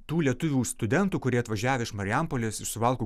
tų lietuvių studentų kurie atvažiavę iš marijampolės iš suvalkų